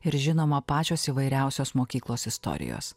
ir žinoma pačios įvairiausios mokyklos istorijos